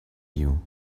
you